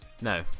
No